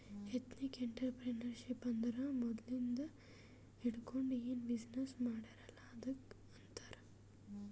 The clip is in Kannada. ಎಥ್ನಿಕ್ ಎಂಟ್ರರ್ಪ್ರಿನರ್ಶಿಪ್ ಅಂದುರ್ ಮದ್ಲಿಂದ್ ಹಿಡ್ಕೊಂಡ್ ಏನ್ ಬಿಸಿನ್ನೆಸ್ ಮಾಡ್ಯಾರ್ ಅಲ್ಲ ಅದ್ದುಕ್ ಆಂತಾರ್